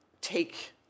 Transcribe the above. take